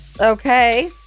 Okay